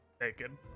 Naked